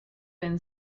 been